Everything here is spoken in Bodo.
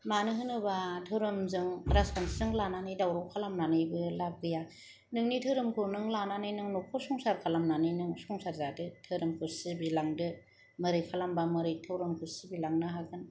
मानो होनोब्ला धोरोमजों राजखान्थिजों लानानै दावराव खालामनानैबो लाब गैया नोंनि धोरोमखौ नों लानानै न'खर संसार खालामनानै नों संसार जादो धोरोमखौ सिबिलांदो माबोरै खालामब्ला माबोरै सिबिलांनो हागोन